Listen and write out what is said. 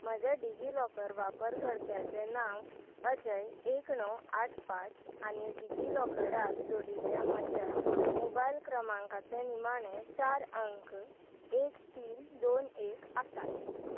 म्हजें DigiLocker वापर कर्त्याचें नांव अजय एक णव आठ पांच आनी डिजी लॉकराक जोडिल्ल्या म्हज्या मोबायल क्रमांकाचे निमाणे चार अंक एक तीन दोन एक आसात